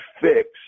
fix